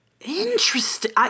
Interesting